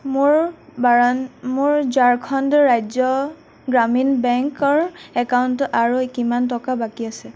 মোৰ ঝাৰখণ্ড ৰাজ্য গ্ৰামীণ বেংকৰ একাউণ্টত আৰু কিমান টকা বাকী আছে